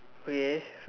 okay